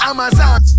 Amazon